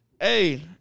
Hey